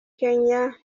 kenya